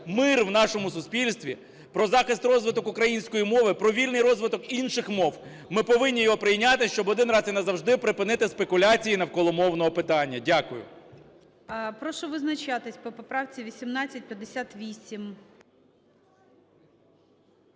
мир в нашому суспільстві, про захист, розвиток української мови, про вільний розвиток інших мов, ми повинні його прийняти, щоб один раз і назавжди припинити спекуляції навколо мовного питання. Дякую. ГОЛОВУЮЧИЙ. Прошу визначатися по поправці 1858.